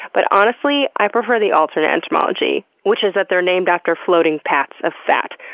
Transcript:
but honestly, i prefer the alternate etymology, which is that they're named after floating pats of fat.